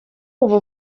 ubu